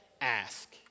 Ask